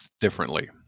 differently